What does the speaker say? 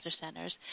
centers